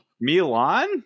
Milan